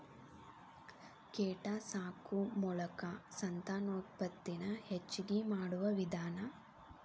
ಕೇಟಾ ಸಾಕು ಮೋಲಕಾ ಸಂತಾನೋತ್ಪತ್ತಿ ನ ಹೆಚಗಿ ಮಾಡುವ ವಿಧಾನಾ